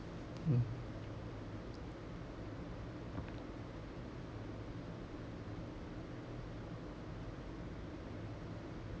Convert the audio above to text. mm